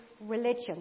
religion